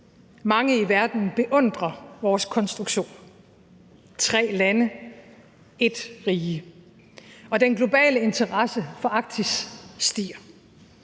Mange i verden beundrer vores konstruktion: tre lande – et rige. Og den globale interesse for Arktis stiger.